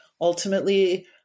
ultimately